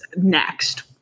next